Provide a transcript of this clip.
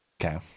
Okay